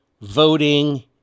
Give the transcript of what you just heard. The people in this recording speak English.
voting